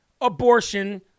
abortion